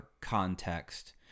context